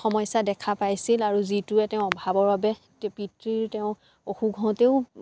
সমস্য়া দেখা পাইছিল আৰু যিটোৱে তেওঁ অভাৱৰ বাবে পিতৃৰ তেওঁ অসুখ হওঁতেও